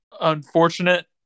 unfortunate